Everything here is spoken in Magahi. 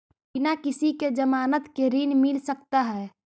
बिना किसी के ज़मानत के ऋण मिल सकता है?